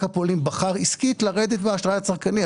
הפועלים בחר עסקית לרדת מהאשראי הצרכני.